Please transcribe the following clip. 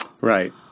Right